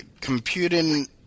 computing